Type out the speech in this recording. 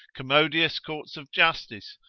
commodious courts of justice,